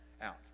out